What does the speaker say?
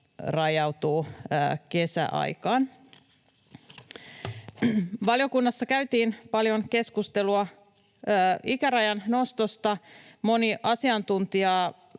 rajautuu kesäaikaan. Valiokunnassa käytiin paljon keskustelua ikärajan nostosta. Moni asiantuntijaa